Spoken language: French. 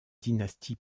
dynastie